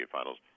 Finals